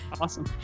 awesome